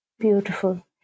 Beautiful